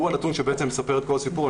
הוא הנתון שבעצם מספר את כל הסיפור.